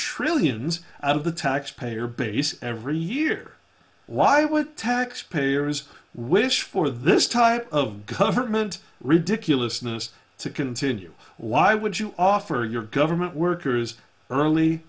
trillions out of the taxpayer base every year why would tax payers wish for this type of government ridiculousness to continue why would you offer your government workers early